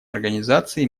организации